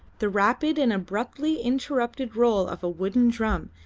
the rapid and abruptly interrupted roll of a wooden drum,